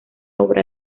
obra